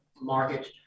market